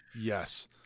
Yes